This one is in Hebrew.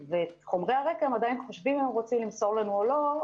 ולגבי חומרי הרקע הם עדיין חושבים אם הם רוצים למסור לנו או לא.